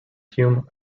hume